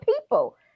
people